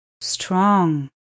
strong